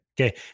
Okay